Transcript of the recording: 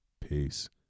Peace